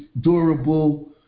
durable